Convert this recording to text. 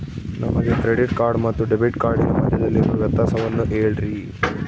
ನನಗೆ credit card ಮತ್ತು debit ಕಾರ್ಡಿನ ಮಧ್ಯದಲ್ಲಿರುವ ವ್ಯತ್ಯಾಸವನ್ನು ಹೇಳ್ರಿ?